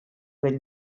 vell